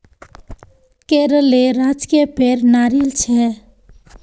केरलेर राजकीय पेड़ नारियल छे